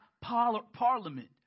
Parliament